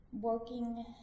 working